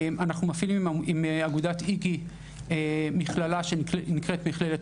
אנחנו מפעילים עם אגודת איגי מכללה שנקראת "מכללת